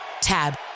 Tab